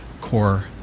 Core